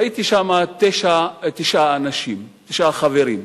ראיתי שם תשעה חברים,